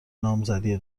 نامزدی